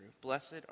Blessed